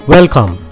Welcome